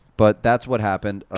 but that's what happened,